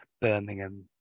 Birmingham